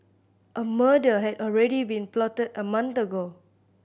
a murder had already been plotted a month ago